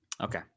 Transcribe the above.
Okay